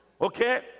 Okay